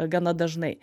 gana dažnai